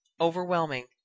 Overwhelming